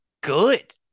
good